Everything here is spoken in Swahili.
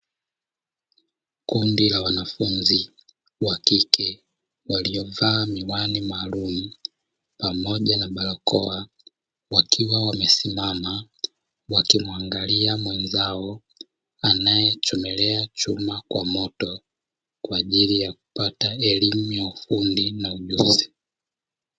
Kundi la wanafunzi wa kike waliovaa miwani maalumu pamoja na barakoa, wakiwa wamesimama wakimwagalia mwenzao anayechomelea chuma kwa moto, kwa ajili ya kupata elimu ya ufundi na ujuzi.